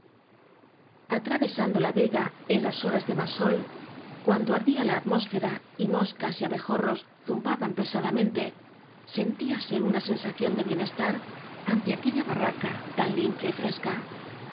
atravesando la vega en las horas de más sol cuando ardía la atmósfera y moscas y abe jorros zumbaban pesadamente sentíase una sensación de bienestar ante aquella barraca tan limpia y fresca